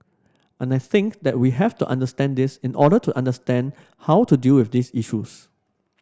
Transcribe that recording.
and I think that we have to understand this in order to understand how to deal with these issues